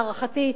להערכתי,